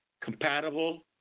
Compatible